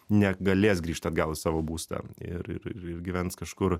negalės grįžt atgal į savo būstą ir ir ir gyvens kažkur